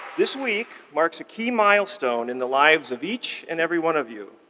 this week marks a key milestone in the lives of each and every one of you,